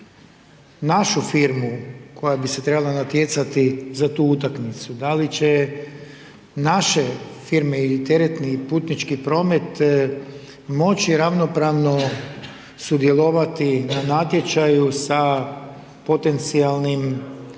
našu firmu, koja bi se trebala natjecati za tu utakmicu, da li će naše firme i teretni i putnički promet moći ravnopravno sudjelovati na natječaju sa potencijalnim